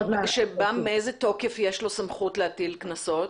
שמאיזה תוקף יש לו להטיל קנסות?